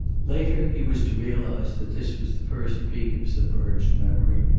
later he was to realize that this was the first peak of submerged memory,